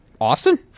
Austin